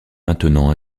maintenant